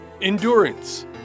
endurance